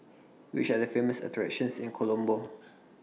Which Are The Famous attractions in Colombo